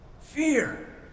Fear